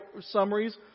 summaries